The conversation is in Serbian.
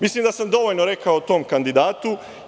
Mislim da sam dovoljno rekao o tom kandidatu.